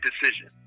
decision